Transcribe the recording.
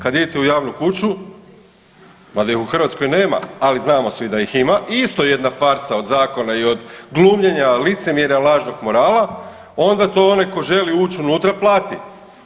Kada idete u javnu kuću valjda je u Hrvatskoj nema, ali znamo svi da ih ima i isto jedna farsa od zakona i od glumljenja licemjerja lažnog morala onda to onaj tko želi ući unutra plati.